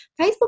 Facebook